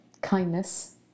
kindness